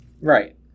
Right